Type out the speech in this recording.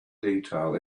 detail